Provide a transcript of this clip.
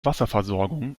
wasserversorgung